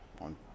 on